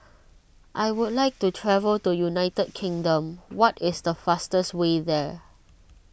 I would like to travel to United Kingdom what is the fastest way there